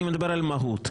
אני מדבר על המהות,